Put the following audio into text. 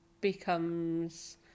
becomes